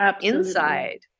inside